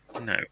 No